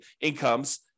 incomes